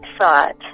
thought